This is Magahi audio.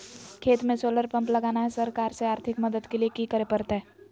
खेत में सोलर पंप लगाना है, सरकार से आर्थिक मदद के लिए की करे परतय?